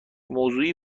موضوعی